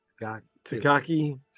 Takaki